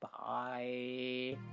bye